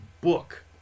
book